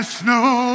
snow